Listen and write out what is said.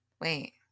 Wait